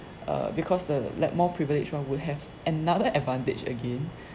err because the like more privilege one would have another advantage again